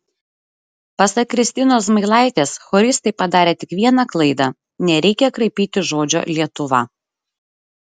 pasak kristinos zmailaitės choristai padarė tik vieną klaidą nereikia kraipyti žodžio lietuva